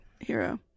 hero